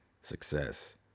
Success